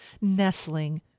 nestling